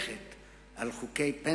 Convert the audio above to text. לכך השלכות מרחיקות לכת על חוקי פנסיה,